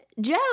Joe